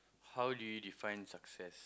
how do you define success